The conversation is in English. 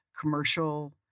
commercial